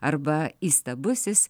arba įstabusis